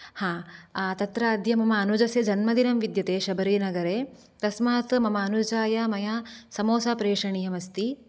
आम् तत्र अद्य मम अनुजस्य जन्मदिनं विद्यते शबरीनगरे तस्मात् मम अनुजाय मया समोसा प्रेषणीयम् अस्ति